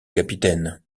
capitaine